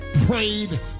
prayed